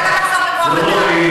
בגלל מחסור בכוח-אדם.